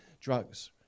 drugs